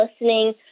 listening